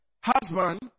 husband